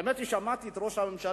האמת היא ששמעתי את ראש הממשלה,